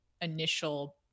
initial